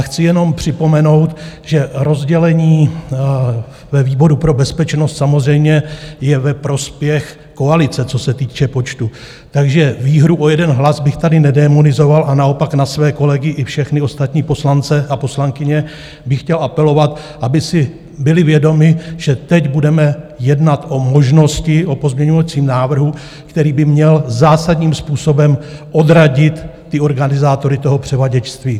Chci jenom připomenout, že rozdělení ve výboru pro bezpečnost samozřejmě je ve prospěch koalice, co se týče počtu, takže výhru o jeden hlas bych tady nedémonizoval, a naopak na své kolegy i všechny ostatní poslance a poslankyně bych chtěl apelovat, aby si byli vědomi, že teď budeme jednat o možnosti, o pozměňovacím návrhu, který by měl zásadním způsobem odradit organizátory převaděčství.